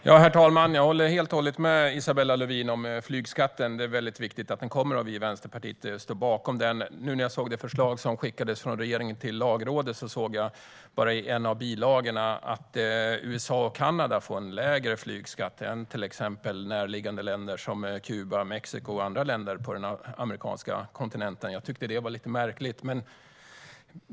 Herr talman! Jag håller helt och hållet med Isabella Lövin om flygskatten. Den är viktig, och vi i Vänsterpartiet står bakom den. Nu när jag såg det förslag som skickades från regeringen till Lagrådet såg jag i en av bilagorna att USA och Kanada får en lägre flygskatt än till exempel närliggande länder som Kuba, Mexiko och andra länder på den amerikanska kontinenten. Jag tyckte att det var lite märkligt.